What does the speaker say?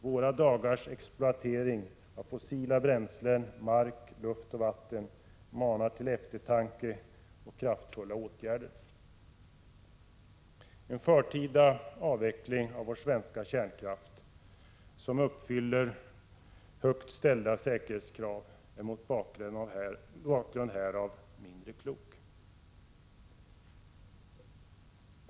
Våra dagars exploatering av fossila bränslen, mark, luft och vatten manar till eftertanke och kraftfulla åtgärder. En förtida avveckling av den svenska kärnkraften, som uppfyller högt ställda säkerhetskrav, är mot bakgrund härav mindre klok.